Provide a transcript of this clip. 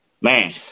Man